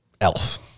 Elf